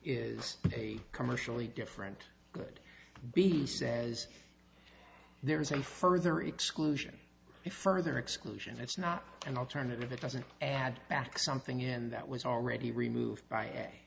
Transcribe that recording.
is a commercially different grade b says there is a further exclusion to further exclusion it's not an alternative that doesn't add back something in that was already removed by